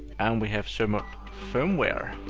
and we have server firmware.